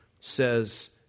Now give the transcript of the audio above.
says